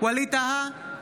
ווליד טאהא,